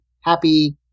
happy